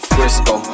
Frisco